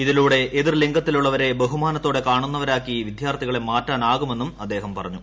ഇതിലൂടെ എതിർ ലിംഗത്തിലുള്ളവരെ ബഹുമാനത്തോടെ കാണുന്നവരാക്കി വിദ്യാർത്ഥികളെ മാറ്റാനാകുമെന്നും അദ്ദേഹം പറഞ്ഞു